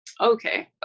Okay